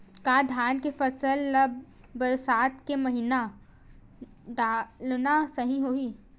का धान के फसल ल बरसात के महिना डालना सही होही?